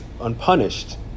unpunished